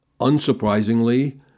Unsurprisingly